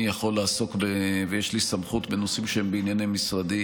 אני יכול לעסוק ויש לי סמכות בנושאים שהם בענייני משרדי.